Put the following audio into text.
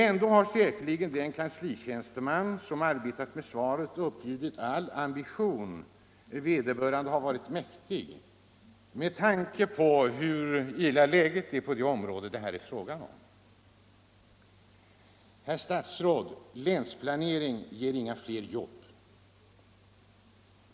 Ändå har säkerligen den kanslitjänsteman som arbetat med svaret uppbjudit all den ambition vederbörande har varit mäktig med tanke på hur illa läget är på det område det här är fråga om. Herr statsråd! Länsplanering ger inga fler jobb.